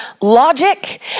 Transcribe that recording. logic